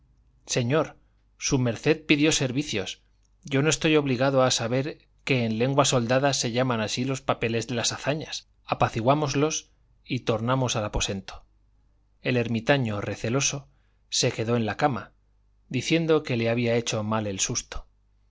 señor su merced pidió servicios yo no estoy obligado a saber que en lengua soldada se llaman así los papeles de las hazañas apaciguámoslos y tornamos al aposento el ermitaño receloso se quedó en la cama diciendo que le había hecho mal el susto